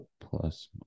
plus